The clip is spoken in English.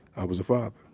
i was a father.